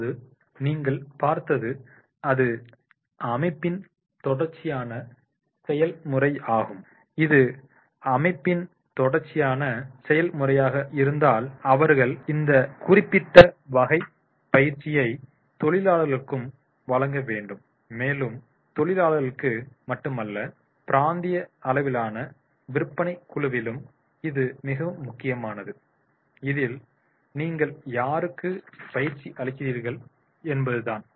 இப்போது நீங்கள் பார்த்தது இது அமைப்பின் தொடர்ச்சியான செயல்முறையாகும் இது அமைப்பின் தொடர்ச்சியான செயல்முறையாக இருந்தால் அவர்கள் இந்த குறிப்பிட்ட வகை பயிற்சியை தொழிலாளர்களுக்கும் வழங்க வேண்டும் மேலும் தொழிலாளர்களுக்கு மட்டுமல்ல பிராந்திய அளவிலான விற்பனைக் குழுவிலும் இது மிகவும் முக்கியமானது இதில் நீங்கள் யாருக்கு பயிற்சி அளிக்கிறீர்கள் என்பதுதான்